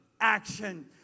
action